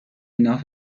ناف